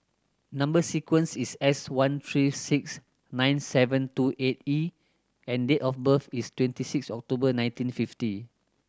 number sequence is S one three six nine seven two eight E and date of birth is twenty six October nineteen fifty